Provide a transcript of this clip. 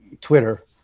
Twitter